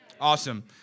Awesome